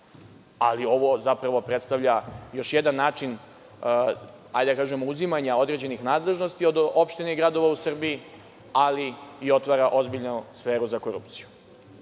ali ovo zapravo predstavlja još jedan način, hajde da kažemo, uzimanja određenih nadležnosti od opštine i gradova u Srbiji, ali i otvara ozbiljnu sferu za korupciju.